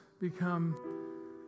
become